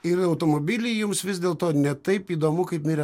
ir automobiliai jums vis dėlto ne taip įdomu kaip mirę